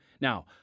Now